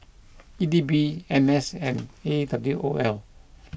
E D B N S and A W O L